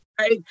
right